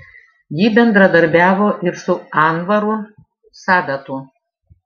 ji bendradarbiavo ir su anvaru sadatu